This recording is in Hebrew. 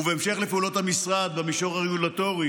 ובהמשך לפעולות המשרד במישור הרגולטורי